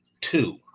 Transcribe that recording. two